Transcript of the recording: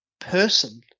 person